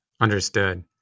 Understood